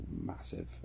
massive